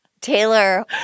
Taylor